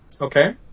Okay